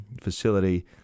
facility